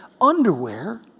underwear